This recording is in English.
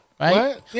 Right